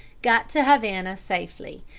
got to havana safely,